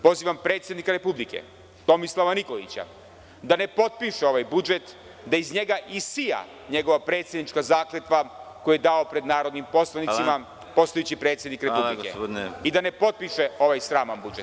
Pozivam predsednika Republike, Tomislava Nikolića, da ne potpiše ovaj budžet, da iz njega isija njegova predsednička zakletva koju je dao pred narodnim poslanicima, postajući predsednik Republike i da ne potpiše ovaj sraman budžet.